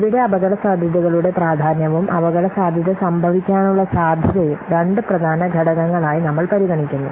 ഇവിടെ അപകടസാധ്യതകളുടെ പ്രാധാന്യവും അപകടസാധ്യത സംഭവിക്കാനുള്ള സാധ്യതയും രണ്ട് പ്രധാന ഘടകങ്ങളായി നമ്മൾ പരിഗണിക്കുന്നു